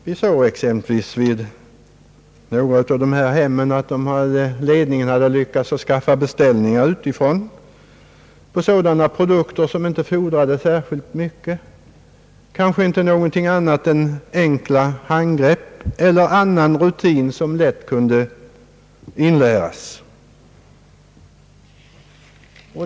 Vi såg exempelvis vid något av dessa hem att ledningen hade lyckats skaffa beställningar utifrån på arbeten som inte fordrade särskilt mycket, kanske bara några enkla handgrepp som lätt kunde inläras.